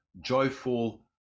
joyful